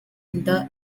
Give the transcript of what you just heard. inda